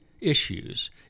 issues